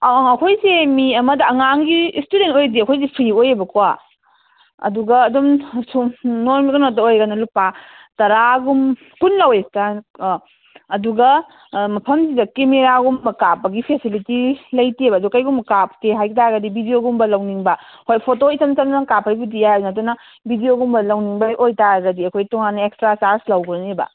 ꯑꯥ ꯑꯥ ꯑꯩꯈꯣꯏꯁꯦ ꯃꯤ ꯑꯃꯗ ꯑꯉꯥꯡꯒꯤ ꯏꯁꯇꯨꯗꯦꯟ ꯑꯣꯏꯔꯗꯤ ꯑꯩꯈꯣꯏꯗꯤ ꯐ꯭ꯔꯤ ꯑꯣꯏꯌꯦꯕꯀꯣ ꯑꯗꯨꯒ ꯑꯗꯨꯝ ꯑꯁꯨꯝ ꯅꯣꯔꯃꯦꯜꯗ ꯉꯛꯇ ꯑꯣꯏꯔꯒꯅ ꯂꯨꯄꯥ ꯇꯔꯥꯒꯨꯝ ꯀꯨꯟ ꯂꯧꯏ ꯑꯥ ꯑꯗꯨꯒ ꯑꯥ ꯃꯐꯝꯁꯤꯗ ꯀꯦꯃꯦꯔꯥꯒꯨꯝꯕ ꯀꯥꯞꯄꯒꯤ ꯐꯦꯁꯤꯂꯤꯇꯤ ꯂꯩꯇꯦꯕ ꯑꯗꯨ ꯀꯔꯤꯒꯨꯝꯕ ꯀꯥꯞꯀꯦ ꯍꯥꯏꯕꯇꯥꯔꯒꯗꯤ ꯚꯤꯗꯤꯌꯣꯒꯨꯝꯕ ꯂꯧꯅꯤꯡꯕ ꯍꯣꯏ ꯐꯣꯇꯣ ꯏꯆꯝ ꯆꯝꯅ ꯀꯥꯞꯄꯒꯤꯕꯨꯗꯤ ꯌꯥꯏ ꯑꯗꯨꯅ ꯚꯤꯗꯤꯌꯣꯒꯨꯝꯕ ꯂꯧꯅꯤꯡꯕ ꯑꯣꯏꯕꯇꯥꯔꯒꯗꯤ ꯑꯩꯈꯣꯏ ꯇꯣꯉꯥꯟꯅ ꯑꯦꯛꯁꯇ꯭ꯔꯥ ꯆꯥꯔꯖ ꯂꯧꯒꯅꯦꯕ